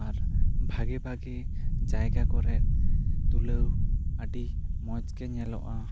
ᱟᱨ ᱵᱷᱟᱜᱮ ᱵᱷᱟᱜᱮ ᱡᱟᱭᱜᱟ ᱠᱚᱨᱮ ᱛᱩᱞᱟᱹᱣ ᱟᱹᱰᱤ ᱢᱚᱡᱽ ᱜᱮ ᱧᱮᱞᱚᱜᱼᱟ